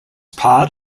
part